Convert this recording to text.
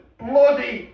bloody